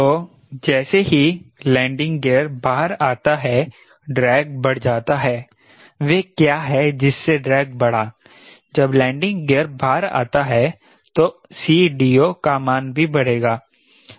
तो जैसे ही लैंडिंग गियर बाहर आता है ड्रैग बढ़ जाता है वह क्या है जिससे ड्रैग बड़ा जब लैंडिंग गियर बाहर आता है तो CDO का मान भी बडेगा